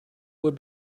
would